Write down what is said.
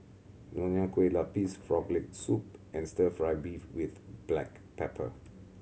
Nonya Kueh Lapis Frog Leg Soup and Stir Fry beef with black pepper